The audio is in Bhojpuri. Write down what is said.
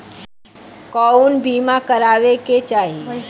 कउन बीमा करावें के चाही?